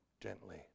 gently